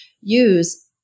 use